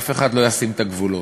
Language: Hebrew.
אף אחד לא ישים את הגבולות.